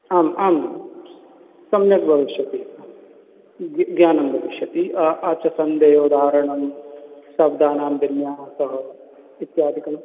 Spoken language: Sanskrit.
आम् आं सम्यक् भविष्यति ग्य् ज्ञानं भविष्यति अच् सन्धेः उदाहरणं शब्दानां विन्यासः इत्यादिकं